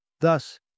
Thus